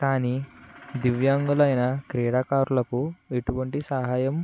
కానీ దివ్యాంగులు అయిన క్రీడాకారులకు ఎటువంటి సహాయం